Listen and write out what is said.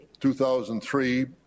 2003